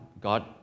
God